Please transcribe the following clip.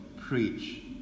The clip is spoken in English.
preach